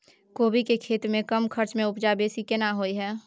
कोबी के खेती में कम खर्च में उपजा बेसी केना होय है?